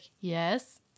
yes